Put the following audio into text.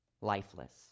lifeless